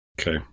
Okay